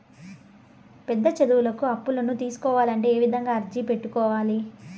పెద్ద చదువులకు అప్పులను తీసుకోవాలంటే ఏ విధంగా అర్జీ పెట్టుకోవాలి?